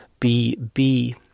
bb